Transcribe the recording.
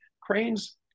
Cranes